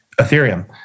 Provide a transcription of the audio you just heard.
Ethereum